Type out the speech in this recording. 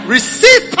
Receive